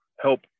help